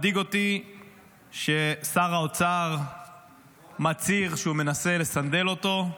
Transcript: מדאיג אותי ששר האוצר מצהיר שהוא מנסה לסנדל אותו,